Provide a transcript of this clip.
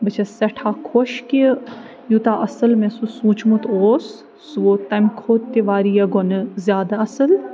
بہٕ چھَس سٮ۪ٹھاہ خوش کہِ یوٗتاہ اَصٕل مےٚ سُہ سوٗنٛچمُت اوس سُہ ووت تَمہِ کھۄتہِ تہِ واریاہ گۄنہٕ زیادٕ اَصٕل